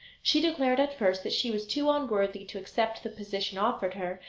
she declared at first that she was too unworthy to accept the position offered her,